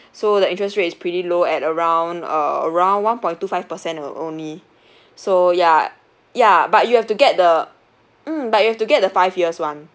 so the interest rate is pretty low at around uh around one point two five percent on~ only so ya ya but you have to get the mm but you have to get the five years [one]